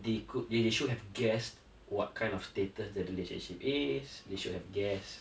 the cou~ they should have guessed what kind of status that relationship is they should have guessed